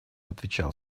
отвечал